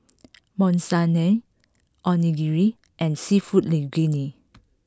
Monsunabe Onigiri and Seafood Linguine